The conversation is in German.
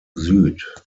süd